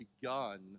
begun